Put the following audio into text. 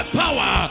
power